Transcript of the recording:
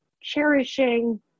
cherishing